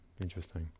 Interesting